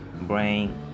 brain